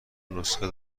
نسخه